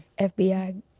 FBI